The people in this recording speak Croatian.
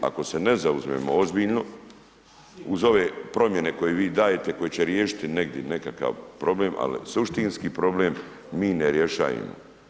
Ako se ne zauzmemo ozbiljno uz ove promjene koje vi dajete, koje će riješiti negdje nekakav problem, ali suštinski problem mi ne rješavamo.